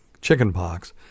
chickenpox